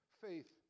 faith